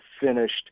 finished